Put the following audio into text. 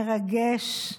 מרגש,